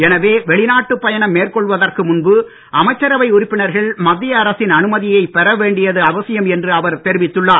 எனவே வெளிநாட்டு பயணம் மேற்கொள்வதற்கு முன்பு அமைச்சரவை உறுப்பினர்கள் மத்திய அரசின் அனுமதியைப் பெற வேண்டியது அவசியம் என்று அவர் தெரிவித்துள்ளார்